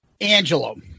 Angelo